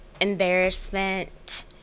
embarrassment